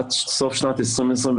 עד סוף שנת 2021,